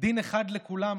דין אחד לכולם,